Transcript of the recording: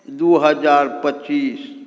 दू हजार पच्चीस